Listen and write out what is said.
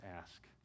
ask